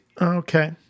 okay